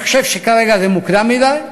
אני חושב שכרגע זה מוקדם מדי.